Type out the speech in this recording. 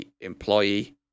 employee